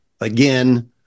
again